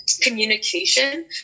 communication